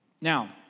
Now